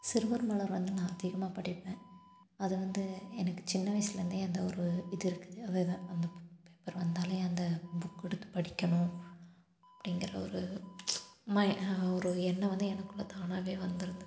சிறுவர் மலர் வந்து நான் அதிகமாக படிப்பேன் அதை வந்து எனக்கு சின்ன வயசுலேருந்தே அந்த ஒரு இது இருக்குது அது தான் அந்த பேப்பர் வந்தாலே அந்த புக் எடுத்து படிக்கணும் அப்படிங்கிற ஒரு மை ஒரு எண்ணம் வந்து எனக்குள்ளே தானாவே வந்துருந்தது